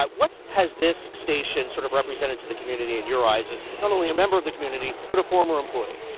but what has this station sort of represented to the community in your eyes as not only a member of the community, but a former employee?